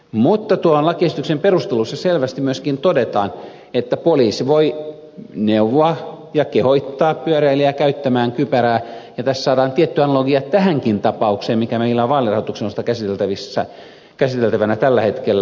mutta tuon lakiesityksen perusteluissa selvästi myöskin todetaan että poliisi voi neuvoa ja kehottaa pyöräilijää käyttämään kypärää ja tästä saadaan tietty analogia tähänkin tapaukseen mikä meillä on vaalirahoituksen osalta käsiteltävänä tällä hetkellä